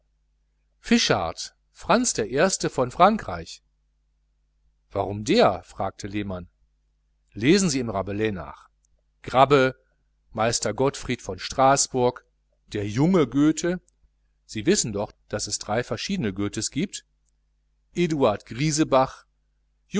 fischart franz der erste von frankreich warum der fragte herr lehmann lesen sie im rabelais nach grabbe meister gottfried von straßburg der junge goethe sie wissen doch daß es drei verschiedene goethes giebt